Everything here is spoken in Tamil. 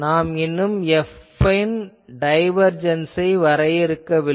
நாம் இன்னும் F ன் டைவர்ஜன்சை வரையறுக்கவில்லை